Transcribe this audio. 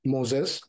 Moses